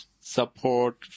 support